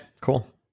cool